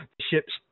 ship's